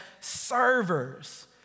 servers